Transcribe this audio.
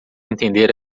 entender